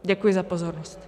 Děkuji za pozornost.